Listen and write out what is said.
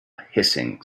hissing